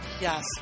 yes